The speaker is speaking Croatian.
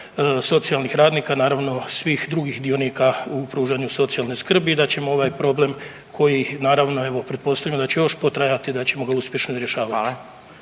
socijalnih radnika, naravno svih drugih dionika u pružanju socijalne skrbi i da ćemo ovaj problem koji naravno evo pretpostavljam da će još potrajati, te da ćemo ga uspješno rješavati.